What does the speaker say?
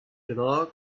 bennak